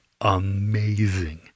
amazing